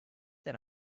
that